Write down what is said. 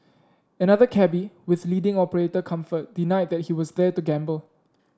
another cabby with leading operator Comfort denied that he was there to gamble